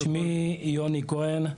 שמי יוני כהן,